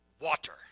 water